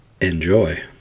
Enjoy